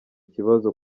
kibazo